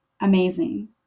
amazing